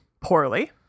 poorly